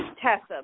Tessa